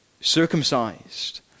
circumcised